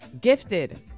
Gifted